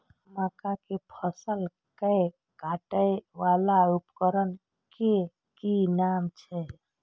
मक्का के फसल कै काटय वाला उपकरण के कि नाम छै?